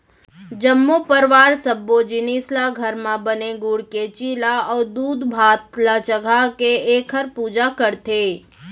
जम्मो परवार सब्बो जिनिस ल घर म बने गूड़ के चीला अउ दूधभात ल चघाके एखर पूजा करथे